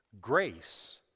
Grace